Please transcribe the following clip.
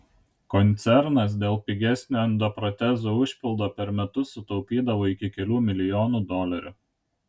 koncernas dėl pigesnio endoprotezų užpildo per metus sutaupydavo iki kelių milijonų dolerių